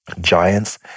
Giants